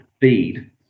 feed